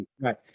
Right